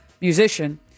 musician